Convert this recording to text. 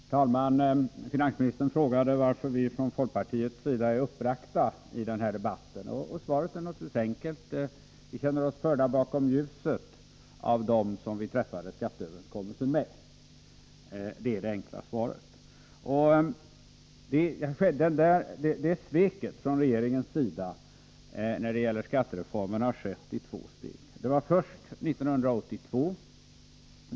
Herr talman! Finansministern frågade varför vi från folkpartiets sida är uppbragta i den här debatten. Svaret är enkelt: Vi känner oss förda bakom ljuset av dem som vi träffade skatteöverenskommelsen med. Detta svek från regeringens sida när det gäller skattereformen har skett i två steg. Det första togs 1982.